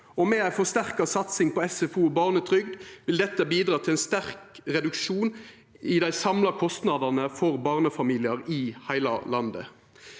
Med ei forsterka satsing på SFO og barnetrygd vil dette bidra til ein sterk reduksjon i dei samla kostnadene for barnefamiliar i heile landet.